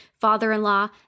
father-in-law